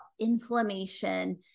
inflammation